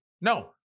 No